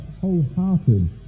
wholehearted